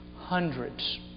hundreds